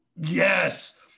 Yes